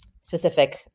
specific